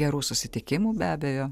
gerų susitikimų be abejo